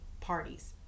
parties